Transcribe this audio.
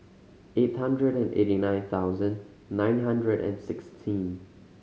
eight hundred and eighty nine thousand nine hundred and sixteen